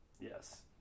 Yes